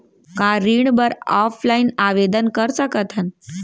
का ऋण बर ऑफलाइन आवेदन कर सकथन?